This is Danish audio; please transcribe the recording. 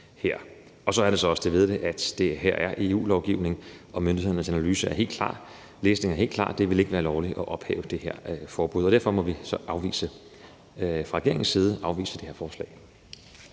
Så er der så også det ved det, at det her er EU-lovgivning, og at myndighedernes analyse og læsning er helt klar. Det vil ikke være lovligt at ophæve det her forbud. Derfor må vi så fra regeringens side afvise det her forslag.